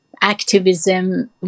activism